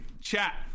chat